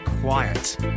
quiet